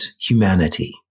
humanity